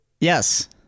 Yes